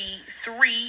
three